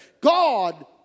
God